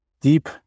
deep